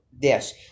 Yes